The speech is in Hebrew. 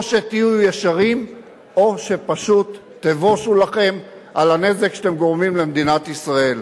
או שתהיו ישרים או שפשוט תבושו לכם על הנזק שאתם גורמים למדינת ישראל.